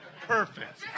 Perfect